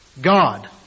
God